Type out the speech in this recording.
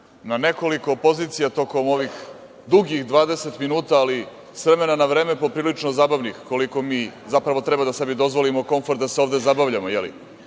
Na nekoliko pozicija tokom ovih dugih 20 minuta, ali s vremena na vreme, poprilično zabavnih koliko mi treba sebi da dozvolimo konfor, da se ovde zabavljamo mada